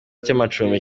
cy’amacumbi